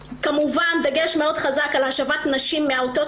יש כמובן דגש חזק מאוד על השבת נשים מעוטות